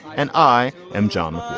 and i am john